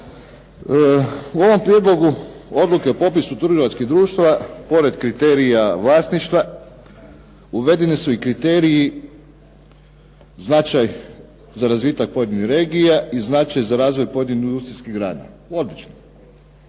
U ovom Prijedlogu odluke o popisu trgovačkih društava pored kriterija vlasništva uvedeni su i kriteriji, značaj za razvitak pojedinih regija i značaj za razvoj pojedinih industrijskih grana. Odlično.